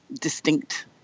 distinct